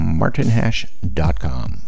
martinhash.com